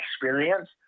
experience